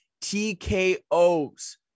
TKO's